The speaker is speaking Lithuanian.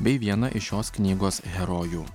bei viena iš šios knygos herojų